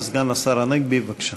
סגן השר הנגבי, בבקשה.